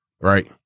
Right